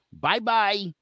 Bye-bye